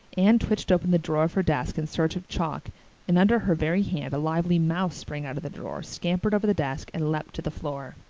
anne twitched open the drawer of her desk in search of chalk and under her very hand a lively mouse sprang out of the drawer, scampered over the desk, and leaped to the floor.